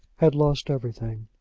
had lost everything.